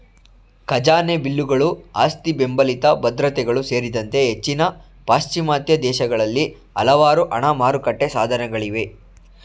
ಖಜಾನೆ ಬಿಲ್ಲುಗಳು ಆಸ್ತಿಬೆಂಬಲಿತ ಭದ್ರತೆಗಳು ಸೇರಿದಂತೆ ಹೆಚ್ಚಿನ ಪಾಶ್ಚಿಮಾತ್ಯ ದೇಶಗಳಲ್ಲಿ ಹಲವಾರು ಹಣ ಮಾರುಕಟ್ಟೆ ಸಾಧನಗಳಿವೆ